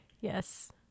Yes